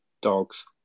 Dogs